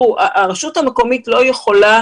הרשות המקומית לא יכולה